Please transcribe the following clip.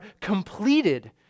completed